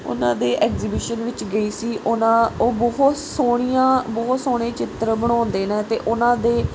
ਉਹਨਾਂ ਦੇ ਐਗਜੀਬਿਸ਼ਨ ਵਿੱਚ ਗਈ ਸੀ ਉਹਨਾਂ ਉਹ ਬਹੁਤ ਸੋਹਣੀਆਂ ਬਹੁਤ ਸੋਹਣੇ ਚਿੱਤਰ ਬਣਾਉਂਦੇ ਨੇ ਅਤੇ ਉਹਨਾਂ ਦੇ